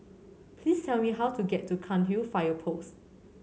please tell me how to get to Cairnhill Fire Post